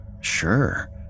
sure